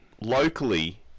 locally